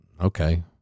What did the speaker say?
okay